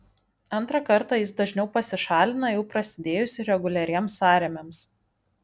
antrą kartą jis dažniau pasišalina jau prasidėjus reguliariems sąrėmiams